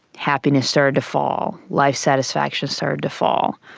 happiness started to fall, life satisfaction started to fall,